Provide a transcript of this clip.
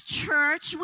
church